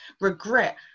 regret